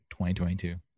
2022